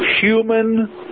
human